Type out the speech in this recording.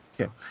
Okay